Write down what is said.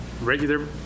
regular